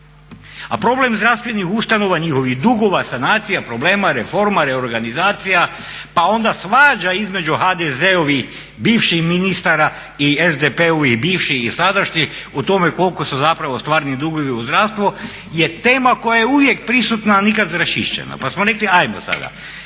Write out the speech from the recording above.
A problem zdravstvenih ustanova, njihovih dugova, sanacija, problema, reforma, reorganizacija pa onda svađa između HDZ-ovih bivših ministara i SDP-ovih bivših i sadašnjih o tome koliko su zapravo stvarni dugovi u zdravstvu, je tema koja je uvijek prisutna a nikad raščišćena pa smo rekli ajmo sada.